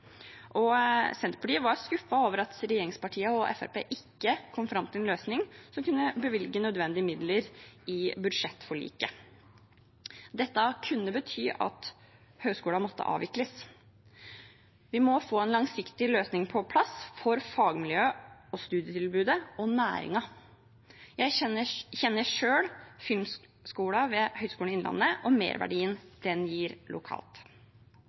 Senterpartiet var skuffet over at regjeringspartiene og Fremskrittspartiet ikke kom fram til en løsning som kunne bevilge nødvendig midler i budsjettforliket. Dette kunne bety at høyskolen måtte avvikles. Vi må få en langsiktig løsning på plass for fagmiljøet og studietilbudet og næringen. Jeg kjenner selv Den norske filmskolen ved Høgskolen i Innlandet og merverdien den gir lokalt.